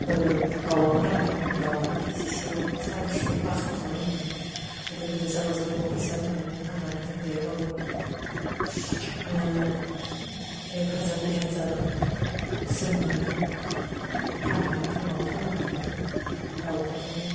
दाउआबो दाम दङ दाउआबो केजिसेयाव सारिस' पास्स' खालाय मोनो गिदिर गिदिर जाबा जों बहुत फैसा मोनो फाननानै जों गैयाबाबो एक हाजार दुइ हाजारसो मोनो फाननानै जों माबा खालामनो हायो दाउखौबो